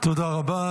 תודה רבה.